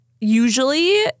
Usually